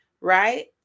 right